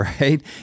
right